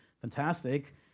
fantastic